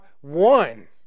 one